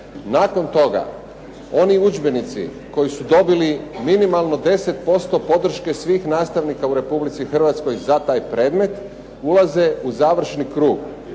Nakon toga oni udžbenici koji su dobili minimalno 10% podrške svih nastavnika u Republici Hrvatskoj za taj predmet, ulaze u završni krug.